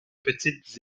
petites